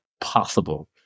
possible